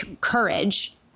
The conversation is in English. courage